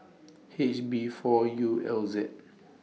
H B four U L Z